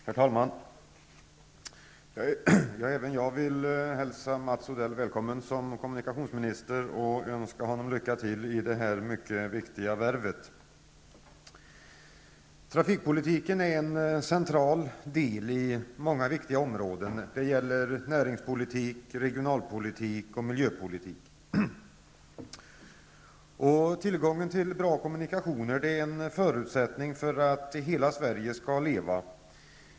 Herr talman! Även jag vill hälsa Mats Odell välkommen som kommunikationsminister och önska honom lycka till i detta mycket viktiga värv. Trafikpolitiken är en central del av många viktiga områden -- det gäller näringspolitiken, regionalpolitiken och miljöpolitiken. Tillgången till bra kommunikationer är en förutsättning för att hela Sverige skall leva.